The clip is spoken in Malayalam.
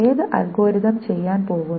ഏത് അൽഗോരിതം ചെയ്യാൻ പോകുന്നു